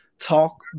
talk